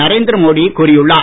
நரேந்திர மோடி கூறியுள்ளார்